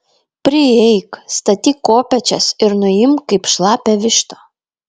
prieik statyk kopėčias ir nuimk kaip šlapią vištą